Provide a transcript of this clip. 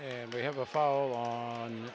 and we have a foul on